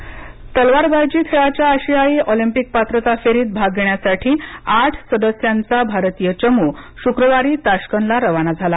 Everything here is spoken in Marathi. आशियाई ऑलिपिंक तलवारबाजी खेळाच्या आशियाई ऑलिपिंक पात्रता फेरीत भाग घेण्यासाठी आठ सदस्यांचा भारतीय चमू शुक्रवारी ताश्कंदला रवाना झाला